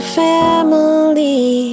family